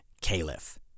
caliph